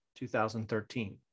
2013